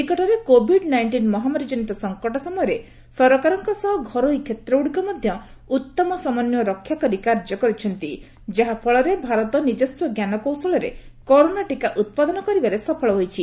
ନିକଟରେ covid nineteen ମହାମାରୀଜନିତ ସଙ୍କଟ ସମୟରେ ସରକାରଙ୍କ ସହ ଘରୋଇ କ୍ଷେତ୍ରଗ୍ରଡ଼ିକ ମଧ୍ୟ ଉତ୍ତମ ସମନ୍ୱୟ ରକ୍ଷା କରି କାର୍ଯ୍ୟ କରିଛନ୍ତି ଯାହାଫଳରେ ଭାରତ ନିଜସ୍ୱ ଜ୍ଞାନକୌଶଳରେ କରୋନା ଟିକା ଉତ୍ପାଦନ କରିବାରେ ସଫଳ ହୋଇଛି